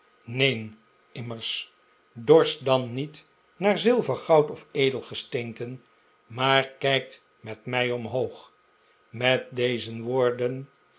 neen immers dorst dan niet naar zilver goud of edelgesteenten maar kijkt met mij omhoog mel deze woorden